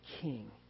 king